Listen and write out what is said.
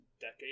decade